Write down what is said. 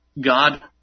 God